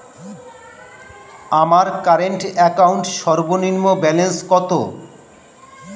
আমার current account সর্বনিম্ন balance কত?